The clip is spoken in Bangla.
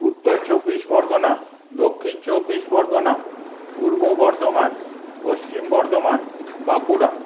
উত্তর চব্বিশ পরগনা দক্ষিণ চব্বিশ পরগনা পূর্ব বর্ধমান পশ্চিম বর্ধমান বাঁকুড়া